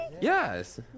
Yes